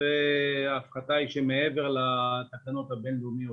זו הפחתה מעבר לתקנות הבינלאומיות,